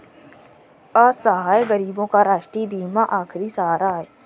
असहाय गरीबों का राष्ट्रीय बीमा ही आखिरी सहारा है